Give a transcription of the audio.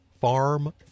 Farm